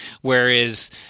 whereas